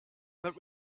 but